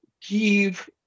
give